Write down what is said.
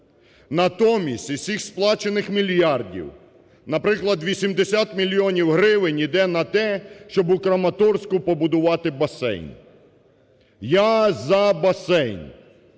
Натомість із цих сплачених мільярдів, наприклад, 80 мільйонів гривень іде на те, щоб у Краматорську побудувати басейн. Я – за басейн,